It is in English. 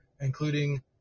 including